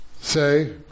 say